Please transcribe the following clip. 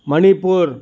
Manipur